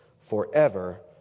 forever